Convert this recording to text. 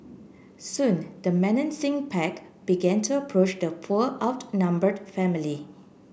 soon the menacing pack began to approach the poor outnumbered family